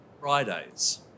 Fridays